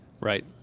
Right